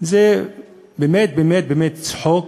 זה באמת, באמת באמת, צחוק,